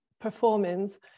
performance